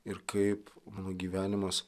ir kaip mano gyvenimas